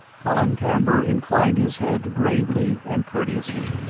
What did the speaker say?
colin camber inclined his head gravely and courteously.